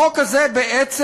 החוק הזה בעצם,